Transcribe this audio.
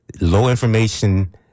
low-information